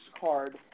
card